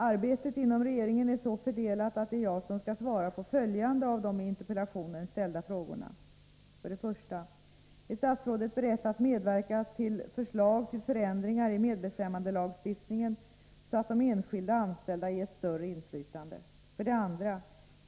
Arbetet inom regeringen är så fördelat att det är jag som skall svara på följande av de i interpellationen ställda frågorna. 1. Är statsrådet beredd att medverka till förslag till förändringar i medbestämmandelagstiftningen så att de enskilda anställda ges större inflytande? 2.